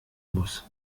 muss